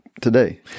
today